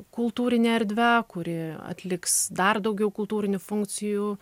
kultūrine erdve kuri atliks dar daugiau kultūrinių funkcijų